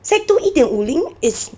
sec two 一点五零 is